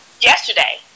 yesterday